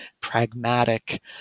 pragmatic